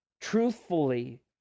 truthfully